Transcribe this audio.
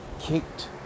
kicked